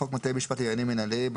בחוק בתי משפט לעניינים מינהליים,